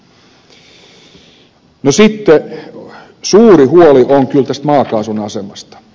sitten suuri huoli on kyllä tästä maakaasun asemasta